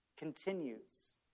continues